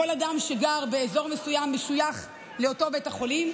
כל אדם שגר באזור מסוים משויך לאותו בית החולים,